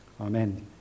Amen